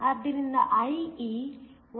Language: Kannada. ಆದ್ದರಿಂದ IE 1 mA ಆಗಿದೆ